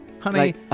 Honey